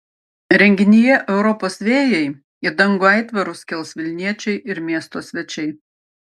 renginyje europos vėjai į dangų aitvarus kels vilniečiai ir miesto svečiai